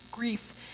Grief